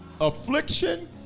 Affliction